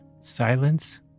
Silence